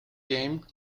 game